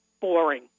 boring